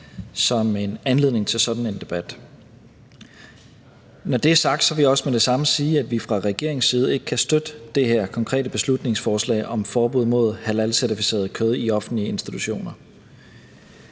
som en anledning til sådan en debat. Når det er sagt, vil jeg også med det samme sige, at vi fra regeringens side ikke kan støtte det her konkrete beslutningsforslag om forbud mod halalcertificeret kød i offentlige institutioner.